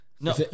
No